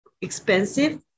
expensive